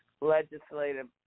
legislative